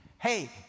Hey